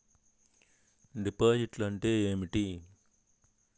డిపాజిట్లు అంటే ఏమిటి?